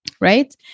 right